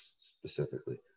specifically